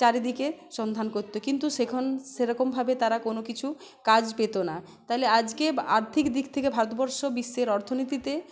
চারিদিকে সন্ধান করত কিন্তু সেখন সেরকমভাবে তারা কোনো কিছু কাজ পেতো না তাইালে আজকে আর্থিক দিক থেকে ভারতবর্ষ বিশ্বের অর্থনীতিতে